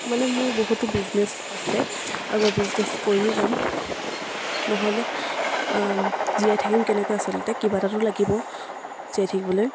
মানে মোৰ বহুতো বিজনেচ আছে আৰু মই বিজনেছ কৰিয়েই যাম নহ'লে জীয়াই থাকিম কেনেকৈ আচলতে কিবা এটাতো লাগিব জীয়াই থাকিবলৈ